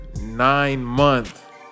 nine-month